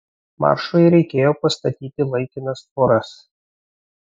maršui reikėjo pastatyti laikinas tvoras